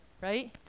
right